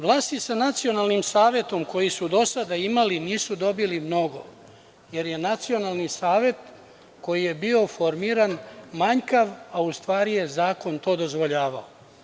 Vlasi sa nacionalnim savetom koji su do sada imali nisu dobili mnogo, jer je Nacionalni savet koji je bio formiran manjkav, a u stvari je zakon to dozvoljavao.